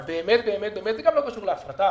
אבל זה לא קשור להפרטה.